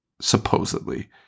supposedly